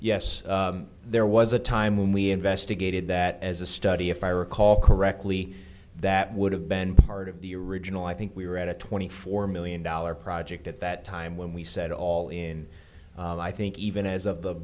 yes there was a time when we investigated that as a study if i recall correctly that would have been part of the original i think we were at a twenty four million dollars project at that time when we set it all in i think even as of the